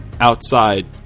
outside